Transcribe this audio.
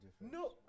No